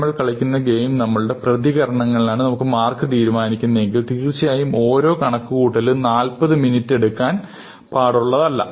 നമ്മൾ കളിക്കുന്ന ഗെയിം നമ്മുടെ പ്രതികരണങ്ങളാണ് നമ്മളുടെ മാർക്ക് തീരുമാനിക്കുന്നതെങ്കിൽ തീർച്ചയായും ഓരോ കണക്കുകൂട്ടലും 40 മിനിറ്റ് എടുക്കാൻ പാടുള്ളതല്ല